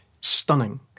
stunning